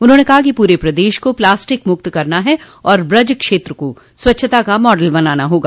उन्होंने कहा कि पूरे प्रदेश को प्लास्टिक मुक्त करना है और ब्रज क्षेत्र को स्वच्छता का मॉडल बनाना होगा